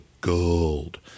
gold